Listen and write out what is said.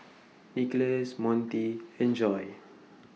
Nicholas Monty and Joi